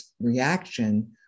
reaction